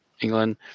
England